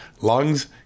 lungs